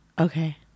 okay